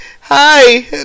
hi